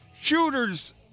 Shooter's